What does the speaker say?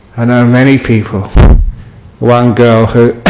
i know many people one girl who